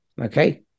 okay